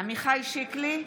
עמיחי שיקלי,